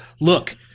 look